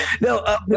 no